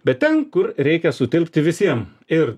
bet ten kur reikia sutilpti visiem ir